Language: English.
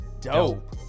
dope